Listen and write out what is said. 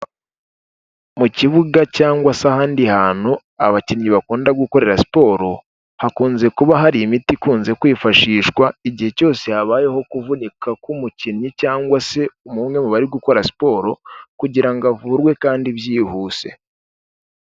Mu kibuga cyangwa se ahandi hantu abakinnyi bakunda gukorera siporo hakunze kuba hari imiti ikunze kwifashishwa igihe cyose habayeho kuvunika k'umukinnyi cyangwa se umwe mu bari gukora siporo, kugira avurwe kandi byihuse.